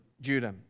Judah